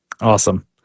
Awesome